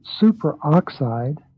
superoxide